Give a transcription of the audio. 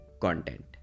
content